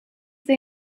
they